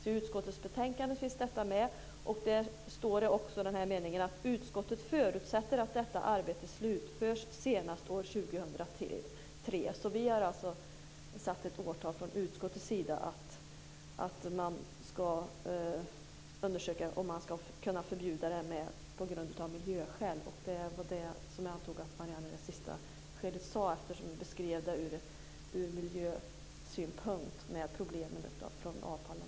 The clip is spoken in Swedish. I utskottets betänkande finns detta med, och där finns också den här meningen: "Utskottet förutsätter att detta arbete slutförs senast år 2003." Vi har alltså satt ett årtal från utskottets sida. Man ska undersöka om man ska kunna förbjuda det här på grund av miljöskäl. Det var det som jag antog att Marianne i det sista skedet menade, eftersom hon ur miljösynpunkt beskrev problemen med avfallen.